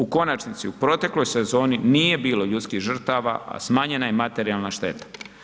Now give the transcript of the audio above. U konačnici u protekloj sezoni nije bilo ljudskih žrtava, a smanjenja je materijalna šteta.